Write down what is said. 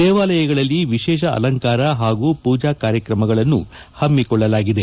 ದೇವಾಲಯಗಳಲ್ಲಿ ವಿಶೇಷ ಅಲಂಕಾರ ಹಾಗೂ ಪೂಜಾ ಕಾರ್ಯಕ್ರಮಗಳನ್ನು ಹಮ್ಮಿಕೊಳ್ಳಲಾಗಿದೆ